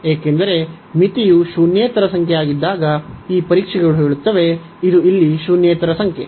ಏಕೆಂದರೆ ಮಿತಿಯು ಶೂನ್ಯೇತರ ಸಂಖ್ಯೆಯಾಗಿದ್ದಾಗ ಈ ಪರೀಕ್ಷೆಗಳು ಹೇಳುತ್ತವೆ ಇದು ಇಲ್ಲಿ ಶೂನ್ಯೇತರ ಸಂಖ್ಯೆ